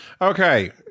okay